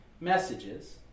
messages